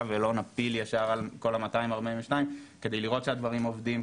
ולא נפיל ישר על כל ה-242 כדי לראות שהדברים עובדים,